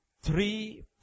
three